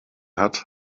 hat